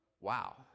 wow